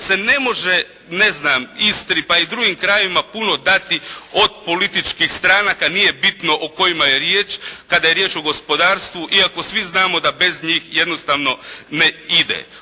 se ne može ne znam Istri pa i drugim krajevima puno dati od političkih stranaka, nije bitno o kojima je riječ, kada je riječ o gospodarstvu iako svi znamo da bez njih jednostavno ne ide.